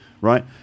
right